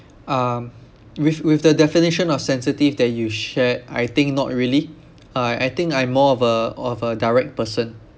um with with the definition of sensitive that you shared I think not really uh I think I'm more of a of a direct person